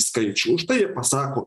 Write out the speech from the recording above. skaičių už tai ir pasako